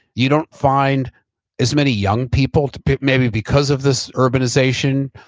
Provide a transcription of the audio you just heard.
you don't find as many young people to pick maybe, because of this urbanization,